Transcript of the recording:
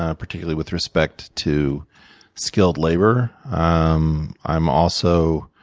ah particularly with respect to skilled labor. um i'm also